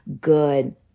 good